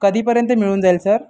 कधीपर्यंत मिळून जाईल सर